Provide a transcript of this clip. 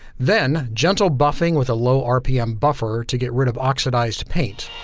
then gentle buffing with a low rpm buffer to get rid of oxidized paint.